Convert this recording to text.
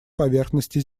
поверхности